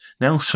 now